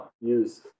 use